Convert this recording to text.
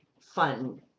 fun